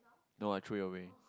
no I threw it away